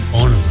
on